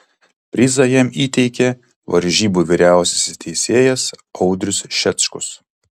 prizą jam įteikė varžybų vyriausiasis teisėjas audrius šečkus